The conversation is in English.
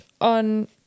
on